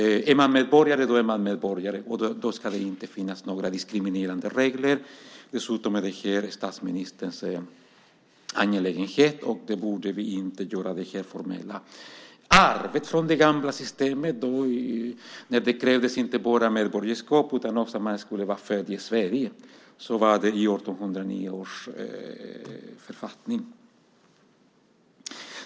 Är man medborgare är man medborgare, och då ska det inte finnas några diskriminerande regler. Dessutom är detta statsministerns angelägenhet, och vi borde inte ha kvar dessa formella regler som ett arv från det gamla systemet, där det krävdes inte bara medborgarskap utan också att man skulle vara född i Sverige. Så var det i 1809 års författning.